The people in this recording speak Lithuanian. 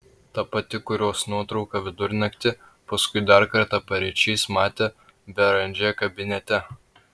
ta pati kurios nuotrauką vidurnaktį paskui dar kartą paryčiais matė beranžė kabinete